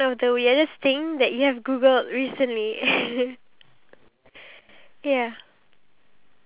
fast and I cannot keep up with it so I have to change the cho~ cho~ the choreography